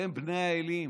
אתם בני האלים.